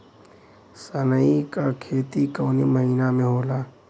सनई का खेती कवने महीना में होला?